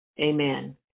Amen